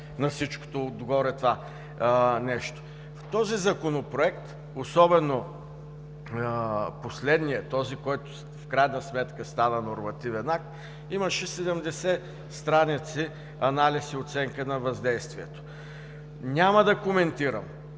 В този Законопроект, особено последният – този, който в крайна сметка стана нормативен акт, имаше 70 страници анализ и оценка на въздействието. Няма да коментирам,